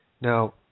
Now